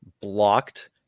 blocked